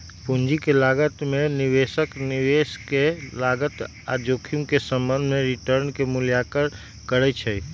पूंजी के लागत में निवेशक निवेश के लागत आऽ जोखिम के संबंध में रिटर्न के मूल्यांकन करइ छइ